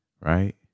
right